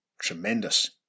Tremendous